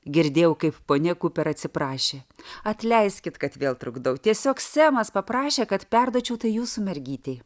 girdėjau kaip ponia kuper atsiprašė atleiskit kad vėl trukdau tiesiog semas paprašė kad perduočiau tai jūsų mergytei